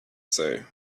say